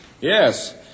yes